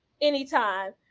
anytime